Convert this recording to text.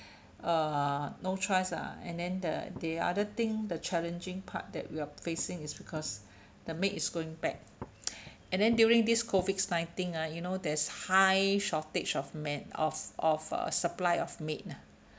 uh no choice ah and then the the other thing the challenging part that we are facing is because the maid is going back and then during this COVID nineteen ah you know there's high shortage of men of of uh supply of maid ah